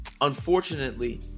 unfortunately